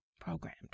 programmed